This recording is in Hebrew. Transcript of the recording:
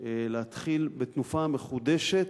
להתחיל בתקופה מחודשת,